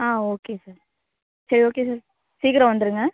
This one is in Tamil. ஆ ஓகே சார் சரி ஓகே சார் சீக்கிரம் வந்துருங்கள்